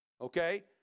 okay